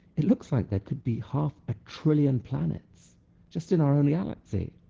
it looks like there could be half a trillion planets just in our own galaxy.